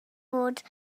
blodyn